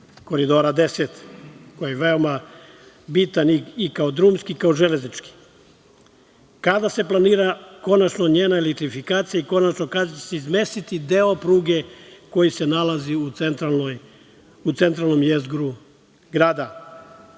Koridora 10, koji je veoma bitan i kao drumski saobraćaj i kao železnički? Kada se planira konačno njena elektrifikacija i konačno kada će se izmestiti deo pruge koji se nalazi u centralnom jezgru grada? Samo